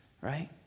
right